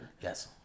Yes